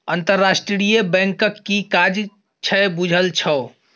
अंतरराष्ट्रीय बैंकक कि काज छै बुझल छौ?